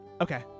Okay